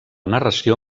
narració